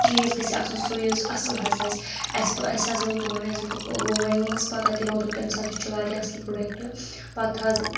چیٖز گژھِ آسُن سُے یُس اَصٕل حظ آسہِ اَسہِ اَسہِ حظ ووٚن تِمَن آسہِ دوٚپُکھ ہُہ وَنۍ اوس پَگہہ اَسہِ دوٚپُکھ پَتہٕ دِمو دوٚپ تَمہِ ساتہٕ یہِ چھُ واریاہ اَصٕل پرٛوڈَکٹہٕ پَتہٕ حظ